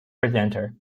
presenter